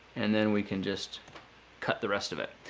and then we can just cut the rest of it.